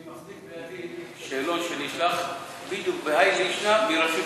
אני חייב לומר שאני מאוד אוהב ומכבד את ידידי הרב יעקב מרגי,